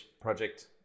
project